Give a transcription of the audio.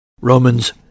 Romans